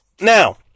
Now